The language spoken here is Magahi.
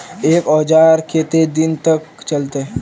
एक औजार केते दिन तक चलते?